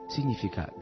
Significa